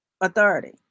authority